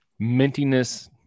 mintiness